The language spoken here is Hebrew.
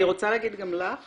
אני רוצה להגיד גם לך